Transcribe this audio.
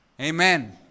Amen